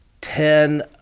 ten